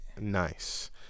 Nice